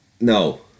no